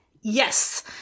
yes